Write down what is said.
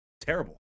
terrible